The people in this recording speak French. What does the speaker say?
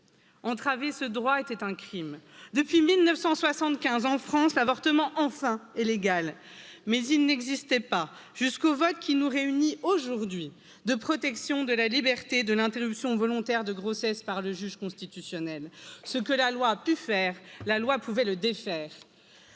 neuf cent soixante quinze en france l'avortement enfin est légal mais il n'existait pas jusqu'au vote qui nous réunit de protection de la liberté et de l'interruption volontaire de grossesse par le juge constitutionnel ce que la loi a pu faire la loi pouvait le défaire